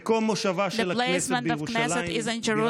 (מחיאות כפיים) מקום מושבה של הכנסת בירושלים,